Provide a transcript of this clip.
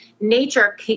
nature